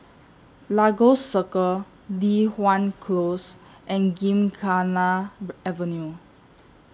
Lagos Circle Li Hwan Close and Gymkhana Avenue